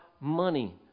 money